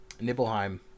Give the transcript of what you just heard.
Nibelheim